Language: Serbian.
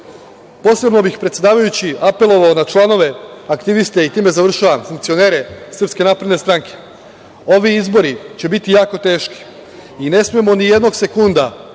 ljudi. Posebno bih, predsedavajući, apelovao na članove aktiviste i time završavam, funkcionere SNS. Ovi izbori će biti jako teški i ne smemo ni jednog sekunda